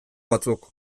batzuk